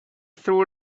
threw